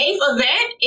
event